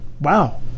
Wow